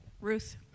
Ruth